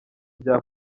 bya